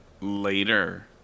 later